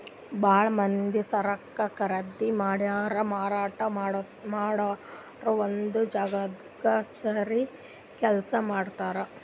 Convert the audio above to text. ಭಾಳ್ ಮಂದಿ ಸರಕ್ ಖರೀದಿ ಮಾಡೋರು ಮಾರಾಟ್ ಮಾಡೋರು ಒಂದೇ ಜಾಗ್ದಾಗ್ ಸೇರಿ ಕೆಲ್ಸ ಮಾಡ್ತಾರ್